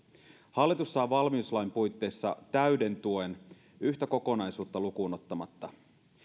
hallitus saa valmiuslain puitteissa täyden tuen yhtä kokonaisuutta lukuun ottamatta